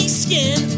skin